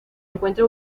encuentra